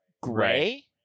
gray